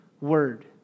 word